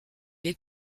les